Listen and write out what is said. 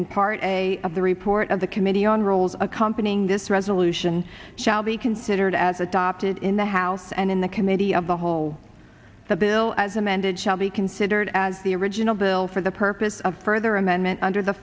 in part a of the report of the committee on rules accompanying this resolution shall be considered as adopted in the house and in the committee of the whole the bill as amended shall be considered as the original bill for the purpose of further amendment under the